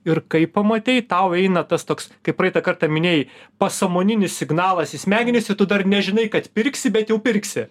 ir kai pamatei tau eina tas toks kaip praeitą kartą minėjai pasąmoninis signalas į smegenys į tu dar nežinai kad pirksi bet jau pirksi